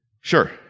sure